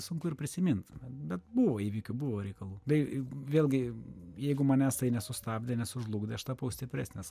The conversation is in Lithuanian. sunku ir prisimint bet buvo įvykių buvo reikalų bei vėlgi jeigu manęs tai nesustabdė nesužlugdė aš tapau stipresnis